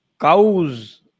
cows